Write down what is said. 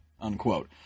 unquote